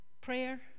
prayer